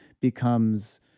becomes